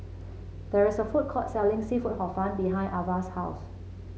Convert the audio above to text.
there is a food court selling seafood Hor Fun behind Avah's house